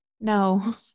No